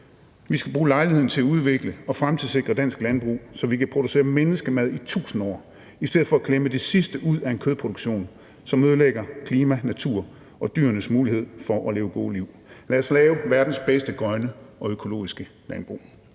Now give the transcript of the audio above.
Vi skal bruge lejligheden til at udvikle og fremtidssikre dansk landbrug, så vi kan producere menneskemad i tusind år i stedet for at klemme det sidste ud af en kødproduktion, som ødelægger klima, natur og dyrenes mulighed for at leve gode liv. Lad os lave verdens bedste grønne og økologiske landbrug.